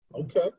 Okay